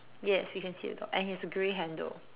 yes you can see a door and it has a grey handle